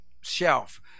shelf